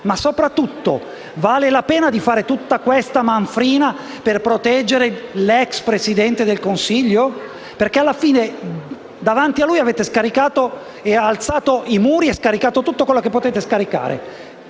Ma, soprattutto, vale la pena di fare tutta questa manfrina per proteggere l'ex Presidente del Consiglio? Alla fine davanti a lui avete alzato i muri e scaricato tutto quello che potete scaricare.